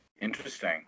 Interesting